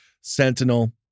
Sentinel